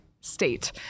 state